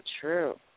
true